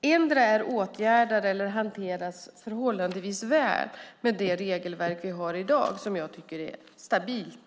endera är åtgärdade eller hanteras förhållandevis väl med det regelverk vi har i dag, som jag tycker är stabilt.